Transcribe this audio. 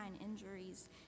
injuries